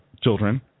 children